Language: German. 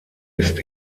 ist